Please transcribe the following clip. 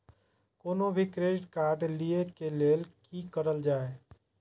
कोनो भी credit card लिए के लेल की करल जाय?